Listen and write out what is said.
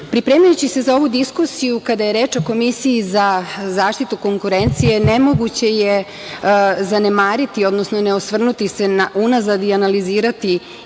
profesiju. Pripremajući se za ovu diskusiju, kada je reč o Komisiji za zaštitu konkurencije nemoguće je zanemariti, odnosno ne osvrnuti se unazad i analizirati i